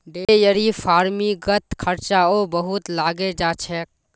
dairy फ़ार्मिंगत खर्चाओ बहुत लागे जा छेक